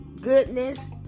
goodness